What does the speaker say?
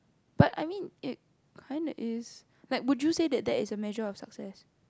but I mean it kinda is like would you say that is a measure for success